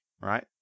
right